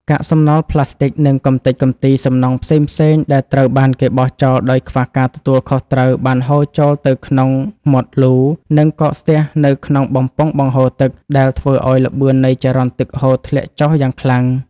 កាកសំណល់ប្លាស្ទិក និងកម្ទេចកម្ទីសំណង់ផ្សេងៗដែលត្រូវបានគេបោះចោលដោយខ្វះការទទួលខុសត្រូវ បានហូរចូលទៅក្នុងមាត់លូ និងកកស្ទះនៅក្នុងបំពង់បង្ហូរទឹក ដែលធ្វើឱ្យល្បឿននៃចរន្តទឹកហូរធ្លាក់ចុះយ៉ាងខ្លាំង។